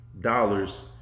dollars